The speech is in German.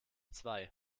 zwei